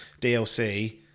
DLC